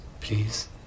please